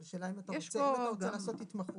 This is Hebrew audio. אבל השאלה אם אתה רוצה לעשות התמחות,